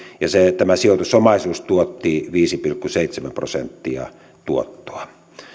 ja tämä sijoitusomaisuus tuotti viisi pilkku seitsemän prosenttia tuottoa